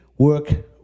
Work